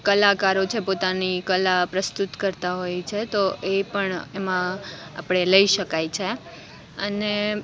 કલાકારો છે પોતાની કલા પ્રસ્તુત કરતાં હોય છે તો એ પણ એમાં આપણે લઈ શકાય છે અને